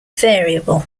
variable